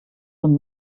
zum